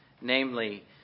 namely